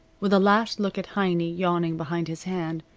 with a last look at heiny yawning behind his hand,